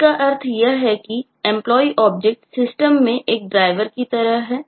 इसका अर्थ यह है कि Employee ऑब्जेक्ट सिस्टम में एक ड्राइवर की तरह है